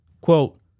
quote